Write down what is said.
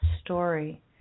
story